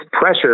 pressure